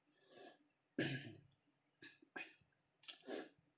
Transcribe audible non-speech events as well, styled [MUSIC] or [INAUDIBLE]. [BREATH] [COUGHS]